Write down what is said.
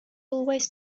always